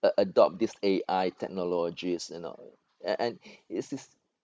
a~ adopt this A_I technologies you know and and it's it's